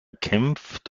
kämpft